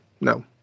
No